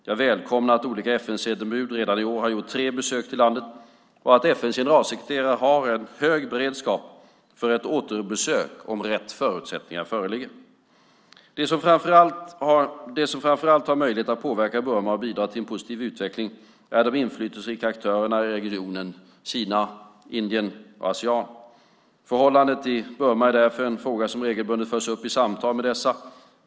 Jag välkomnar att olika FN-sändebud redan i år har gjort tre besök till landet och att FN:s generalsekreterare har en hög beredskap för ett återbesök om rätt förutsättningar föreligger. De som framför allt har möjlighet att påverka Burma och bidra till en positiv utveckling är de inflytelserika aktörerna i regionen: Kina, Indien och Asean. Förhållandena i Burma är därför en fråga som regelbundet förs upp i samtal med dessa.